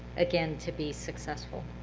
again, to be successful.